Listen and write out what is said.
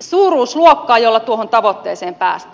suuruusluokkaan jolla tuohon tavoitteeseen päästään